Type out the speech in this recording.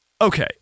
okay